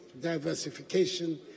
diversification